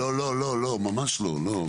לא, לא, ממש לא.